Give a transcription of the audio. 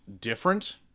different